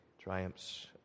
triumphs